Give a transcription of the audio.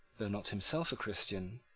though not himself a christian,